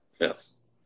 Yes